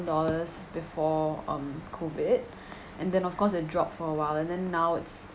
dollars before um COVID and then of course it dropped for a while and then now it's